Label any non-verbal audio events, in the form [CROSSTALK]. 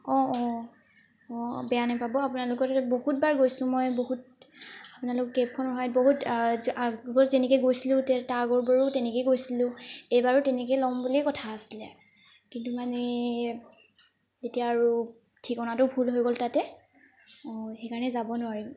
অঁ অঁ অ' বেয়া নাপাব আপোনালোকৰ তাতে বহুত বাৰ গৈছো মই বহুত আপোনালোক কেবখনৰ [UNINTELLIGIBLE] বহুত আগৰ যেনেকৈ গৈছিলো তে তাৰ আগৰবাৰো তেনেকেই গৈছিলো এইবাৰো তেনেকেই ল'ম বুলিয়ে কথা আছিলে কিন্তু মানে এতিয়া আৰু ঠিকনাটো ভুল হৈ গ'ল তাতে অঁ সেইকাৰণে যাব নোৱাৰিম